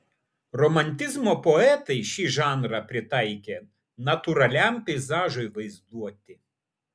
romantizmo poetai šį žanrą pritaikė natūraliam peizažui vaizduoti